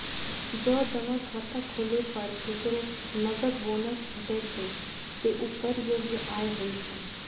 जौं जमा खाता खोलै पर केकरो नकद बोनस भेटै छै, ते ऊ कर योग्य आय होइ छै